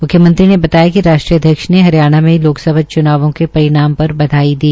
म्ख्यमंत्री ने बताया कि राष्ट्रीय अध्यक्ष ने हरियाणा में लोकसभा च्नावों के परिणाम पर बधाई दी